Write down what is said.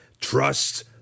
Trust